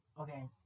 Okay